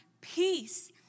peace